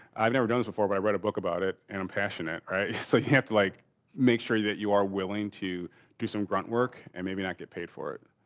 i've never done it before, but i read a book about it and i'm passionate, right? so, you have to like make sure that you are willing to do some ground work and maybe not get paid for it.